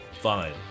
Fine